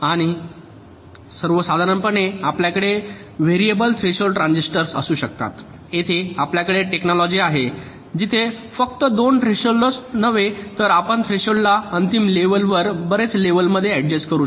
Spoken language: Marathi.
आणि सर्वसाधारणपणे आपल्याकडे व्हेरिएबल थ्रेशोल्ड ट्रान्झिस्टर असू शकतात येथे आपल्याकडे टेक्नॉलॉजी आहे जिथे फक्त दोन थ्रेशोल्डच नव्हे तर आपण थ्रेशोल्डला अंतिम लेवलवर बरेच लेवलंमध्ये अड्जस्ट करू शकता